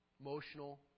emotional